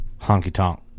honky-tonk